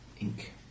ink